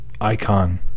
icon